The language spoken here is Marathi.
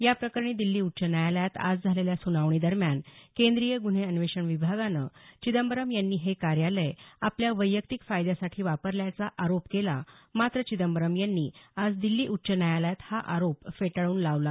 या प्रकरणी दिल्ली उच्च न्यायालयात आज झालेल्या सुनावणी दरम्यान केंद्रीय गुन्हे अन्वेषण विभागानं चिंदंबरम यांनी हे कार्यालय आपल्या वैयक्तिक फायद्यासाठी वापरल्याच्या आरोप केला मात्र चिंदंबरम यांनी आज दिल्ली उच्च न्यायालयात हा आरोप फेटाळून लावला